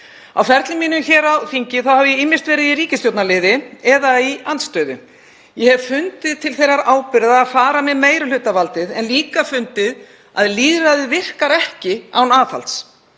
Á ferli mínum hér á þingi hef ég ýmist verið í ríkisstjórnarliði eða í andstöðu. Ég hef fundið til þeirrar ábyrgðar að fara með meirihlutavaldið en líka fundið að lýðræðið virkar ekki án aðhalds.